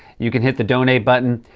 you can hit the donate button.